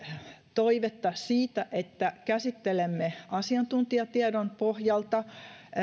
toivetta siitä että käsittelemme asiantuntijatiedon pohjalta